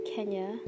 Kenya